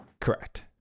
Correct